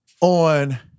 on